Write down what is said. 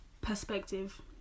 Perspective